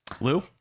Lou